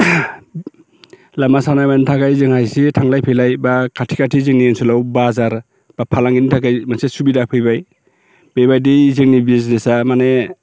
लामा सामानि थाखाय जोंहा इसे थांलाय फैलाय बा खाथि खाथि जोंनि ओनसोलाव बाजार बा फालांगिनि थाखाय मोनसे सुबिदा फैबाय बेबायदि जोंनि बिजनेसा माने